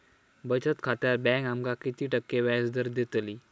बचत खात्यार बँक आमका किती टक्के व्याजदर देतली?